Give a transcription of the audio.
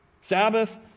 Sabbath